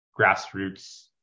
grassroots